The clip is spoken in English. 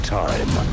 time